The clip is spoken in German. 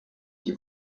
die